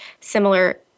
similar